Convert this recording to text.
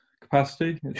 capacity